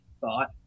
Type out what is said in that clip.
thought